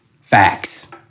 facts